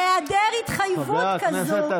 את לא מאמינה, אבל בהיעדר התחייבות כזאת,